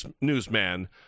newsman